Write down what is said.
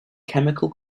chemical